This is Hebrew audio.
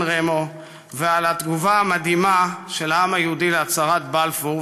רמו ועל התגובה המדהימה של העם היהודי להצהרת בלפור,